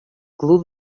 glue